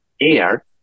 air